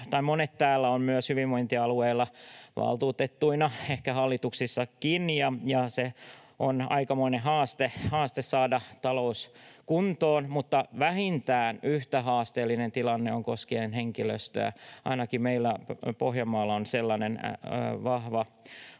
meistä täällä ovat myös hyvinvointialueilla valtuutettuina, ehkä hallituksissakin, ja on aikamoinen haaste saada talous kuntoon, mutta vähintään yhtä haasteellinen tilanne on koskien henkilöstöä. Ainakin meillä Pohjanmaalla on suuri pula